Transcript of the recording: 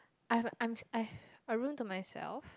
I'm I'd I've a room to myself